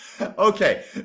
Okay